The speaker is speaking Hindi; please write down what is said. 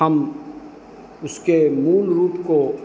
हम उसके मूल रूप को